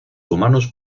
humanos